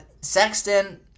Sexton